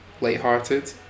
lighthearted